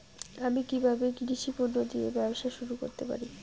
আমি কিভাবে কৃষি পণ্য দিয়ে ব্যবসা শুরু করতে পারি?